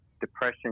depression